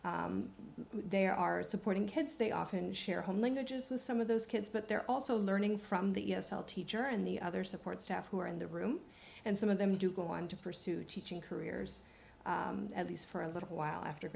room there are supporting kids they often share home languages with some of those kids but they're also learning from the e s l teacher and the other support staff who are in the room and some of them do go on to pursue teaching careers at these for a little while after